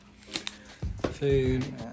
food